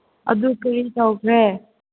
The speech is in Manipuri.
ꯑꯗꯨ ꯀꯔꯤ ꯇꯧꯈ꯭ꯔꯦ